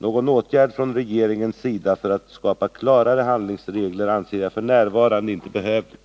Någon åtgärd från regeringens sida för att skapa klarare handlingsregler anser jag f. n. inte behövlig.